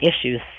issues